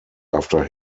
after